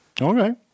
Okay